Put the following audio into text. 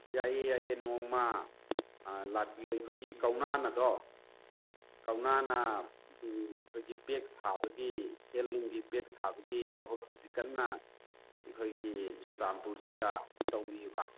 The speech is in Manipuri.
ꯌꯥꯏꯌꯦ ꯌꯥꯏꯌꯦ ꯅꯣꯡꯃ ꯂꯥꯛꯄꯤꯌꯣ ꯑꯩꯈꯣꯏꯒꯤ ꯀꯧꯅꯥꯅꯗꯣ ꯀꯧꯅꯥꯅ ꯑꯩꯈꯣꯏꯒꯤ ꯕꯦꯛ ꯁꯥꯕꯒꯤ ꯍꯦꯟꯂꯨꯝꯒꯤ ꯕꯦꯛ ꯁꯥꯕꯒꯤ ꯊꯕꯛ ꯍꯧꯖꯤꯛ ꯀꯟꯅ ꯑꯩꯈꯣꯏꯒꯤ ꯆꯨꯔꯆꯥꯟꯄꯨꯔꯁꯤꯗ ꯇꯧꯔꯤꯌꯦꯕ